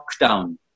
lockdown